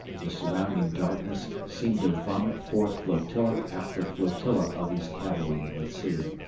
the surrounding darkness seemed to vomit forth flotilla after flotilla of these cavalry of the sea.